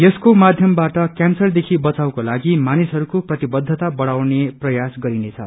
यसको माध्यमबाट क्यांसरदेखि बचावकोलागि मानिसहरूको प्रतिबद्धता बढ़ाउने प्रयास गरिनेछ